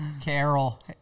Carol